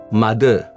mother